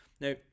Now